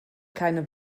keine